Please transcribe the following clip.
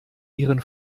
ihren